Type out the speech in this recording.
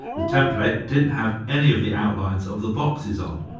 the template didn't have any of the outlines of the boxes on,